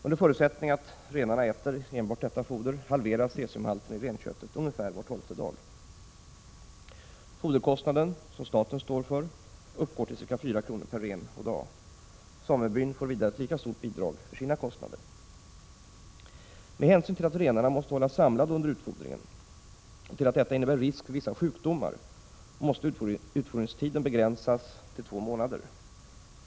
Under förutsättning att renarna äter enbart detta foder halveras cesiumhalten i renköttet ungefär var tolfte dag. Foderkostnaden, som staten står för, uppgår till ca 4 kr. per ren och dag. Samebyn får vidare ett lika stort bidrag för sina kostnader. Med hänsyn till att renarna måste hållas samlade under utfodringen och till att detta innebär risk för vissa sjukdomar måste utfodringstiden begränsas till två månader.